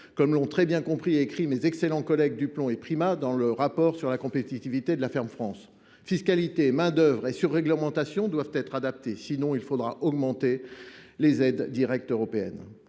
comme l’ont très bien compris et, du reste, écrit mes excellents collègues Laurent Duplomb et Sophie Primas dans leurs rapports sur la compétitivité de la ferme France. Fiscalité, main d’œuvre et surréglementation doivent être adaptées ; à défaut, il faudra augmenter les aides directes européennes.